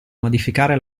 modificare